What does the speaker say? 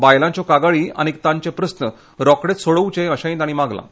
बायलांच्यो कागाळी आनी तांचे प्रस्न रोकडेच सोडोवचे अशेंय तांणी मागलां